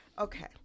Okay